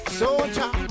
soldier